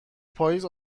پاییز